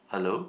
hello